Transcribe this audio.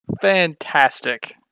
Fantastic